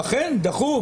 אכן, דחוף.